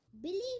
Believe